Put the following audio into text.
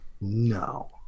No